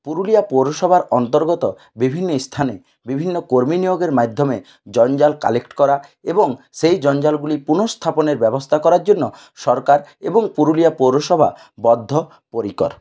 পুরুলিয়া পৌরসভার অন্তর্গত বিভিন্ন স্থানে বিভিন্ন কর্মী নিয়োগের মাধ্যমে জঞ্জাল কালেক্ট করা এবং সেই জঞ্জালগুলি পুনঃস্থাপনের ব্যবস্থা করার জন্য সরকার এবং পুরুলিয়া পৌরসভা বদ্ধপরিকর